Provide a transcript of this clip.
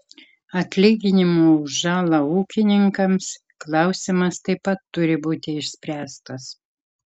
atlyginimo už žalą ūkininkams klausimas taip pat turi būti išspręstas